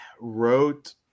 wrote